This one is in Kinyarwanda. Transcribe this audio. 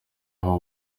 aho